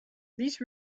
these